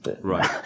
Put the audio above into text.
Right